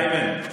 איימן,